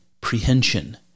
prehension